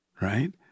right